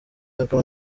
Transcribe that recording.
akaba